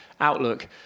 outlook